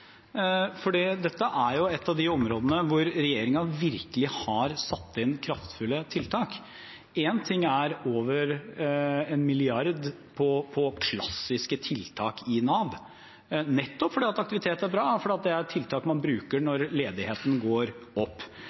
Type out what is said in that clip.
dette er et av de områdene hvor regjeringen virkelig har satt inn kraftfulle tiltak. Én ting er over 1 mrd. kr på klassiske tiltak i Nav, nettopp fordi aktivitet er bra, og fordi det er tiltak man bruker når ledigheten går opp.